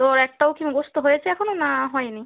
তোর একটাও কি মুখস্থ হয়েছে এখনো না হয় নি